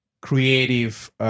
creative